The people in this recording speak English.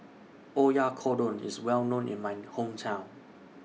Oyakodon IS Well known in My Hometown